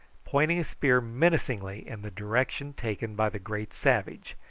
pointing his spear menacingly in the direction taken by the great savage,